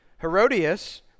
Herodias